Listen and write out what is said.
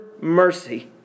mercy